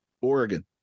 Oregon